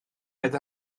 oedd